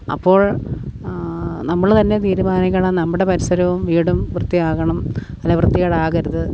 അപ്പോൾ നമ്മൾ തന്നെ തീരുമാനിക്കണം നമ്മുടെ പരിസരവും വീടും വൃത്തിയാകണം അല്ലേ വൃത്തികേടാകരുത്